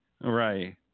Right